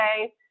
okay